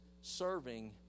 serving